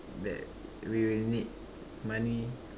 that we will need money